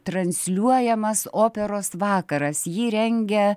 transliuojamas operos vakaras jį rengia